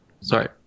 Sorry